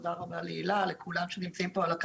תודה רבה להילה ולכולם שנמצאים כאן.